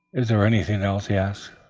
is there anything else? he asked.